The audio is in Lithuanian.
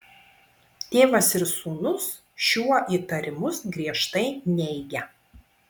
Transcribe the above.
tėvas ir sūnus šiuo įtarimus griežtai neigia